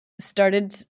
started